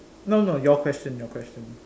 no no your question your question